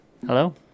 Hello